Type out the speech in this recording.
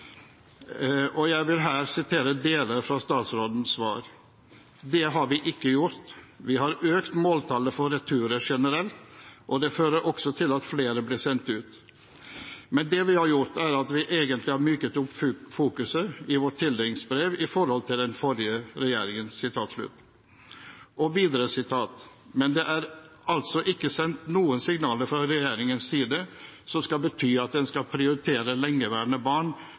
Jeg vil her sitere deler av statsrådens svar: det har vi ikke gjort. Vi har økt måltallet for returer generelt, og det fører også til at flere blir sendt ut. Men det vi har gjort i så henseende, er at vi egentlig har myket opp fokuset i vårt tildelingsbrev i forhold til den forrige regjeringen.» Og videre: «Men det er altså ikke sendt noen signaler fra regjeringens side som skal bety at en skal prioritere lengeværende barn